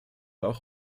auch